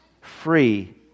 free